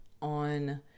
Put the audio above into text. on